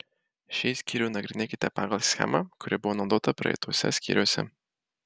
šį skyrių nagrinėkite pagal schemą kuri buvo naudota praeituose skyriuose